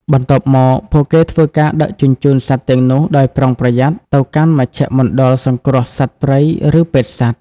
បន្ទាប់មក ពួកគេធ្វើការដឹកជញ្ជូនសត្វទាំងនោះដោយប្រុងប្រយ័ត្នទៅកាន់មជ្ឈមណ្ឌលសង្គ្រោះសត្វព្រៃ ឬពេទ្យសត្វ។